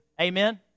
Amen